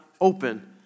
open